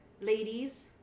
ladies